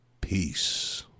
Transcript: peace